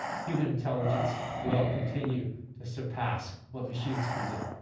human intelligence will continue to surpass what machines can do.